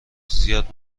زیاد